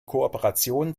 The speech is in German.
kooperation